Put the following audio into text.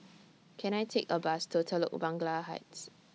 Can I Take A Bus to Telok Blangah Heights